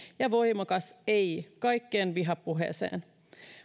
ja voimakas ei kaikkeen vihapuheeseen